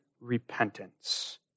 repentance